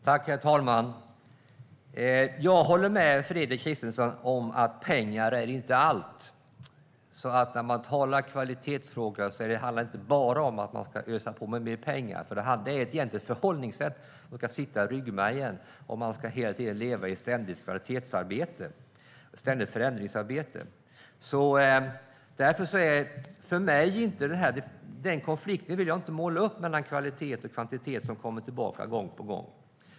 Herr talman! Jag håller med Fredrik Christensson om att pengar inte är allt. När man talar om kvalitetsfrågor handlar det inte bara om att man ska ösa på med mer pengar, för det är egentligen ett förhållningssätt som ska sitta i ryggmärgen. Man ska leva i ett ständigt kvalitets och förändringsarbete. Därför vill jag inte måla upp den här konflikten mellan kvalitet och kvantitet som kommer tillbaka gång på gång.